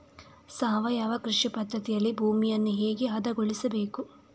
ಸಾವಯವ ಕೃಷಿ ಪದ್ಧತಿಯಲ್ಲಿ ಭೂಮಿಯನ್ನು ಹೇಗೆ ಹದಗೊಳಿಸಬೇಕು?